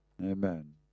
Amen